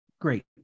Great